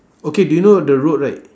okay do you know the road right